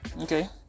Okay